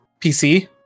PC